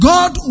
God